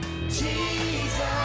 Jesus